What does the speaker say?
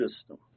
system